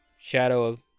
Shadow